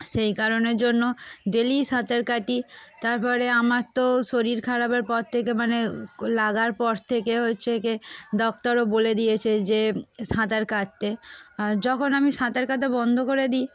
সেই কারণের জন্য ডেলিই সাঁতার কাটি তার পরে আমার তো শরীর খারাপের পর থেকে মানে লাগার পর থেকে হচ্ছে কি ডক্টরও বলে দিয়েছে যে সাঁতার কাটতে আর যখন আমি সাঁতার কাটা বন্ধ করে দিই